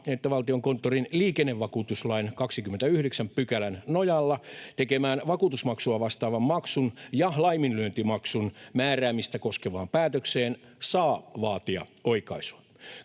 että Valtiokonttorin liikennevakuutuslain 29 §:n nojalla tekemään vakuutusmaksua vastaavan maksun ja laiminlyöntimaksun määräämistä koskevaan päätökseen saa vaatia oikaisua.